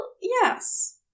yes